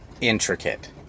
intricate